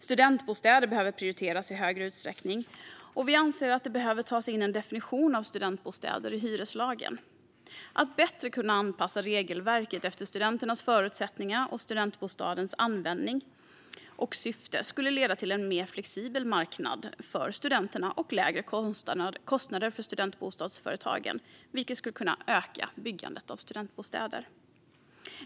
Studentbostäder behöver prioriteras i större uträckning, och vi anser att det behöver tas in en definition av studentbostäder i hyreslagen. Att bättre kunna anpassa regelverket efter studenternas förutsättningar och studentbostadens användning och syfte skulle leda till en mer flexibel marknad för studenterna och lägre kostnader för studentbostadsföretagen, vilket skulle kunna öka byggandet av studentbostäder.